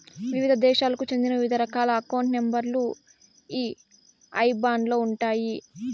వివిధ దేశాలకు చెందిన వివిధ రకాల అకౌంట్ నెంబర్ లు ఈ ఐబాన్ లో ఉంటాయి